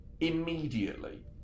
immediately